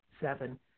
Seven